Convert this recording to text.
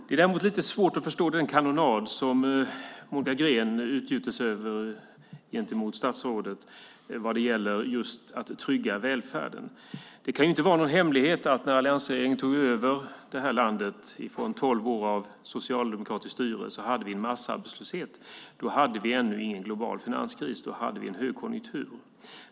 Jag har dock svårt att förstå den kanonad som Monica Green riktar mot statsrådet vad gäller att trygga välfärden. Det är ingen hemlighet att när alliansregeringen tog över efter tolv år av socialdemokratiskt styre hade vi massarbetslöshet. Då hade vi ännu ingen global finanskris utan högkonjunktur.